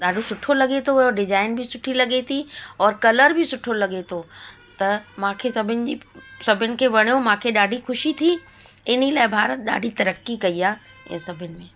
ॾाढो सुठो लॻे थो इहो डिजाइन बि सुठी लॻे थी औरि कलर बि सुठो लॻे थो त मूंखे सभिनि जी सभीन खे वणियो मूंखे ॾाढी ख़ुशी थी इन लाइ भारत ॾाढी तरक़ी कई आहे ऐं सभिनि में